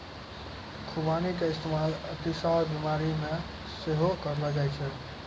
खुबानी के इस्तेमाल अतिसार बिमारी मे सेहो करलो जाय छै